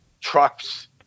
trucks